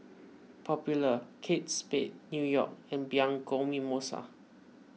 Popular Kate Spade New York and Bianco Mimosa